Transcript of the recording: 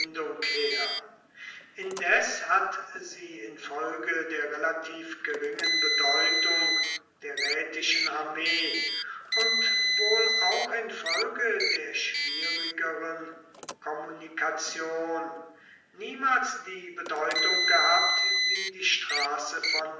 indes hat sie in folge der relativ geringen bedeutung der rätischen armee und wohl auch in folge der schwierigeren kommunikation niemals die bedeutung gehabt wie die straße von